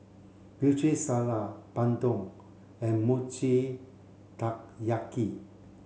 Putri Salad Bandung and Mochi Taiyaki